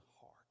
heart